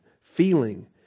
feeling